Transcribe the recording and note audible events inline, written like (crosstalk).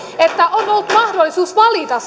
että on ollut mahdollisuus valita (unintelligible)